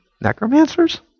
necromancers